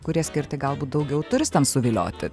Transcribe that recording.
kurie skirti galbūt daugiau turistams suvilioti